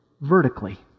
vertically